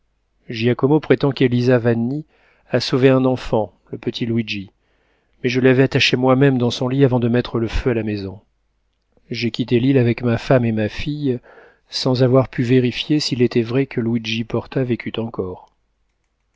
dieu giacomo prétend qu'élisa vanni a sauvé un enfant le petit luigi mais je l'avais attaché moi-même dans son lit avant de mettre le feu à la maison j'ai quitté l'île avec ma femme et ma fille sans avoir pu vérifier s'il était vrai que luigi porta vécût encore